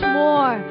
more